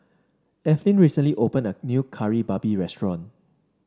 Evelyn recently opened a new Kari Babi restaurant